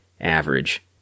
average